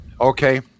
Okay